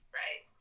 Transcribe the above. right